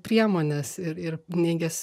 priemones ir ir neigęs